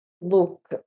look